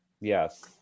Yes